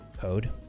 code